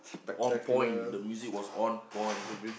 on point the music was on point